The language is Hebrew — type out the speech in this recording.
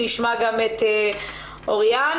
נשמע גם את אורית להב.